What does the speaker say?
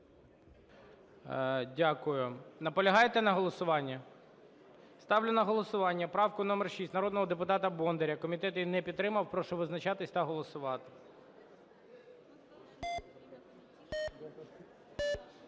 Дякую. Наполягаєте на голосуванні? Ставлю на голосування правку номер 6 народного депутата Бондаря. Комітет її не підтримав. Прошу визначатися та голосувати.